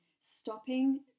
stopping